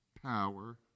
power